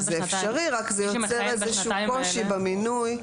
זה אפשרי, רק זה יוצר איזשהו קושי במינוי.